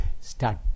start